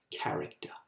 character